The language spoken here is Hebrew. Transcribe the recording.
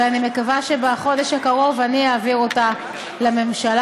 ואני מקווה שבחודש הקרוב אני אעביר אותה לממשלה.